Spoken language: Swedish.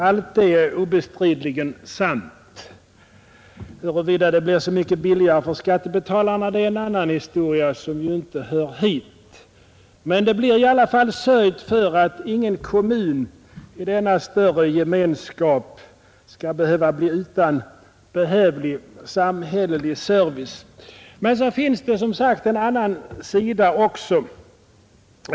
Allt det är obestridligen sant. Huruvida det blir så mycket billigare för skattebetalarna är en annan historia, som ju inte hör hit. Men det blir i alla fall sörjt för att ingen kommun i denna större gemenskap blir utan behövlig samhällelig service. Men sedan finns det som sagt en annan sida också.